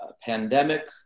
pandemic